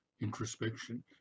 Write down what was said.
introspection